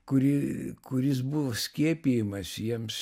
kurį kuris buvo skiepijamas jiems